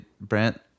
brent